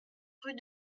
rue